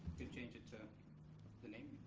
could change it to the name.